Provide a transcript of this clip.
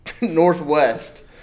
Northwest